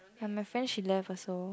ya my friend she left also